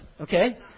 Okay